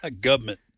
Government